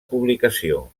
publicació